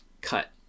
cut